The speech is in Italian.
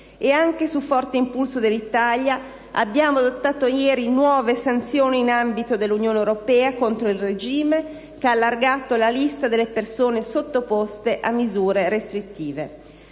e, anche su forte impulso dell'Italia, abbiamo adottato ieri nuove sanzioni in ambito Unione europea contro il regime, che ha allargato la lista delle persone sottoposte a misure restrittive.